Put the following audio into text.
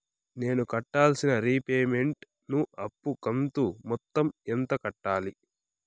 నేను కట్టాల్సిన రీపేమెంట్ ను అప్పు కంతు మొత్తం ఎంత కట్టాలి?